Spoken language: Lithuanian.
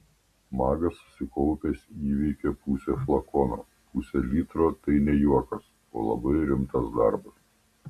magas susikaupęs įveikė pusę flakono pusė litro tai ne juokas o labai rimtas darbas